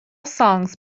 songs